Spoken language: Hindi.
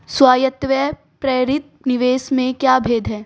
स्वायत्त व प्रेरित निवेश में क्या भेद है?